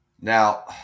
Now